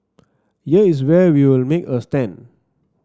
here is where we'll make a stand